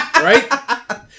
right